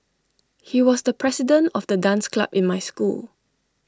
he was the president of the dance club in my school